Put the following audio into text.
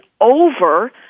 over